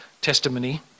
testimony